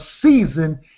season